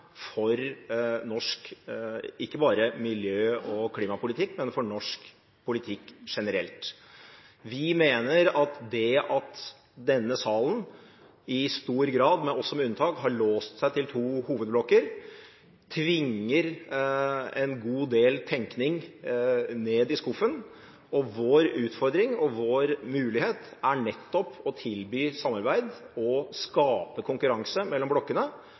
bare norsk miljø- og klimapolitikk, men for norsk politikk generelt. Vi mener det at denne salen i stor grad – med oss som unntak – har låst seg til to hovedblokker, tvinger en god del tenkning ned i skuffen, og vår utfordring og vår mulighet er nettopp å tilby samarbeid og skape konkurranse mellom blokkene